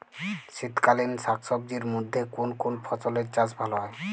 শীতকালীন শাকসবজির মধ্যে কোন কোন ফসলের চাষ ভালো হয়?